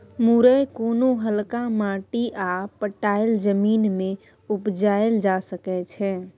मुरय कोनो हल्का माटि आ पटाएल जमीन मे उपजाएल जा सकै छै